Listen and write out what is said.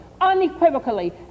unequivocally